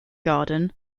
garden